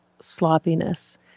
sloppiness